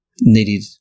needed